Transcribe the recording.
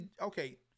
Okay